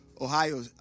Ohio